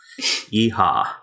Yeehaw